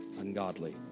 Ungodly